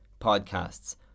podcasts